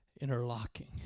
interlocking